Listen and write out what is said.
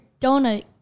donut